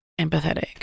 empathetic